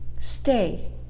stay